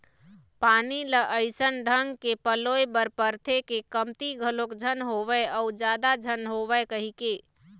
पानी ल अइसन ढंग के पलोय बर परथे के कमती घलोक झन होवय अउ जादा झन होवय कहिके